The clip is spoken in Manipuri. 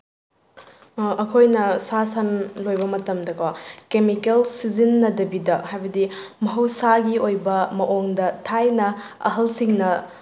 ꯑꯩꯈꯣꯏꯅ ꯁꯥ ꯁꯟ ꯂꯣꯏꯕ ꯃꯇꯝꯗꯀꯣ ꯀꯦꯃꯤꯀꯦꯜ ꯁꯤꯖꯤꯟꯅꯗꯕꯤꯗ ꯍꯥꯏꯕꯗꯤ ꯃꯍꯧꯁꯥꯒꯤ ꯑꯣꯏꯕ ꯃꯑꯣꯡꯗ ꯊꯥꯏꯅ ꯑꯍꯜꯁꯤꯡꯅ